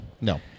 No